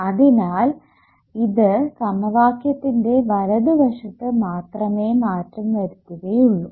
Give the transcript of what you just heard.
അതിനാൽ ഇത് സമവാക്യത്തിൻറെ വലതുവശത്ത് മാത്രമേ മാറ്റം വരുത്തുകയുള്ളൂ